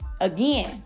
Again